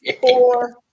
four